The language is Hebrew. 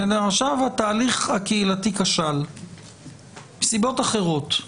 עכשיו התהליך הקהילתי כשל מסיבות אחרות.